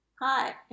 Hi